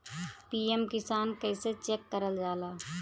PM Kisan कइसे check करल जाला?